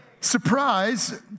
Surprise